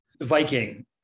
Viking